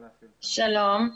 שלום.